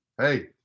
hey